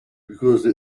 because